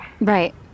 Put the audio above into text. Right